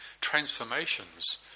transformations